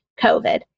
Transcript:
COVID